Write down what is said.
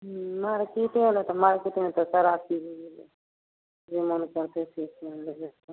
हूँ मार्किटे होलै तऽ मार्किटमे तऽ सारा चीज मिलै हय जे मन करतै से कीन लेबै